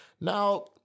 Now